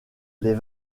les